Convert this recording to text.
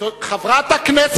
כרגע